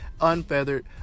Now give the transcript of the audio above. unfeathered